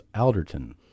Alderton